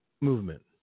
movement